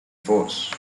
force